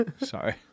Sorry